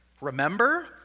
remember